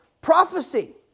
prophecy